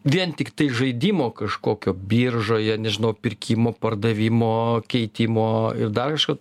vien tiktai žaidimo kažkokio biržoje nežinau pirkimo pardavimo keitimo ir dar kažko